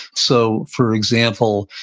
so for example,